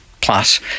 plus